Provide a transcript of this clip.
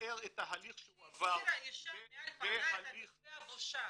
את ההליך שהוא עבר --- "כשהסירה אישה מעל פני את מסווה הבושה".